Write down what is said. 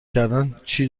کردنچی